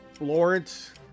Lawrence